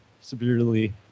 severely